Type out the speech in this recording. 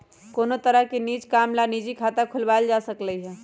कोनो तरह के निज काम ला निजी खाता खुलवाएल जा सकलई ह